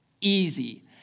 easy